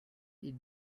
est